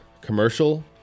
commercial